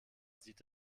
sieht